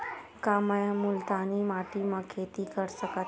का मै ह मुल्तानी माटी म खेती कर सकथव?